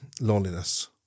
loneliness